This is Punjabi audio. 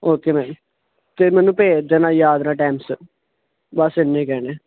ਓਕੇ ਮੈਮ ਅਤੇ ਮੈਨੂੰ ਭੇਜ ਦੇਣਾ ਯਾਦ ਨਾਲ ਟਾਈਮ ਸਿਰ ਬਸ ਇੰਨਾ ਹੀ ਕਹਿਣਾ